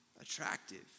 attractive